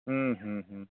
ᱦᱩᱸ ᱦᱩᱸ ᱦᱩᱸ